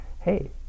Hey